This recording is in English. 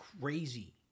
crazy